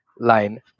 Line